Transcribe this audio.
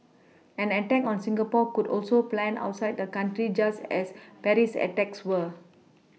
an attack on Singapore could also planned outside the country just as Paris attacks were